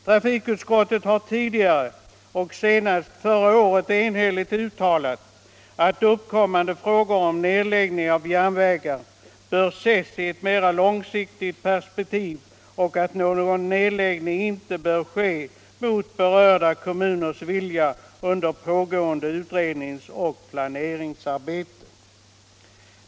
Trafikutskottet har tidigare och senast förra året enhälligt uttalat att uppkommande frågor om nedläggning av järnvägar bör ses i ett mera långsiktigt perspektiv och att någon nedläggning inte bör ske mot berörda kommuners vilja under pågående utredningsoch planeringsarbete.